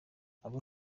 abo